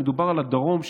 אם מדובר על הדרום,